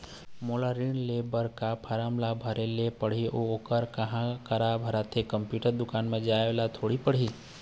मोला ऋण लेहे बर का फार्म ला भरे ले पड़ही अऊ ओहर कहा करा भराथे, कंप्यूटर दुकान मा जाए ला थोड़ी पड़ही?